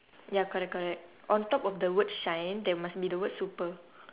ya correct correct on top of the word shine there must be the word super